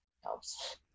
helps